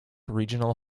regional